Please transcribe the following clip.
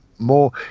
more